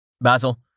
Basil